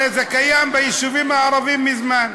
הרי זה קיים ביישובים הערביים מזמן.